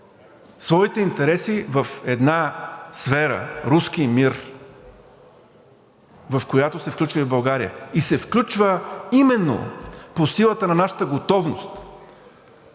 своите интереси в една сфера – „руски мир“, в която се включва и България, и се включва именно по силата на нашата готовност